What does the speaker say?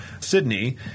Sydney